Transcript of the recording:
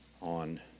on